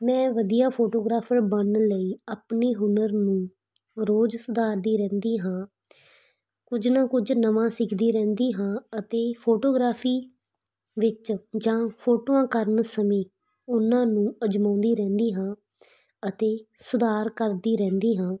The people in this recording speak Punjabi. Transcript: ਮੈਂ ਵਧੀਆ ਫੋਟੋਗ੍ਰਾਫਰ ਬਣਨ ਲਈ ਆਪਣੇ ਹੁਨਰ ਨੂੰ ਰੋਜ਼ ਸੁਧਾਰਦੀ ਰਹਿੰਦੀ ਹਾਂ ਕੁਝ ਨਾ ਕੁਝ ਨਵਾਂ ਸਿੱਖਦੀ ਰਹਿੰਦੀ ਹਾਂ ਅਤੇ ਫੋਟੋਗ੍ਰਾਫੀ ਵਿੱਚ ਜਾਂ ਫੋਟੋਆਂ ਕਰਨ ਸਮੇਂ ਉਹਨਾਂ ਨੂੰ ਅਜਮਾਉਂਦੀ ਰਹਿੰਦੀ ਹਾਂ ਅਤੇ ਸੁਧਾਰ ਕਰਦੀ ਰਹਿੰਦੀ ਹਾਂ